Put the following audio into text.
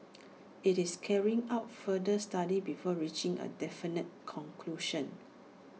IT is carrying out further studies before reaching A definite conclusion